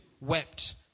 wept